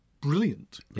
brilliant